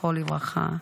זכרו לברכה,